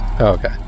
Okay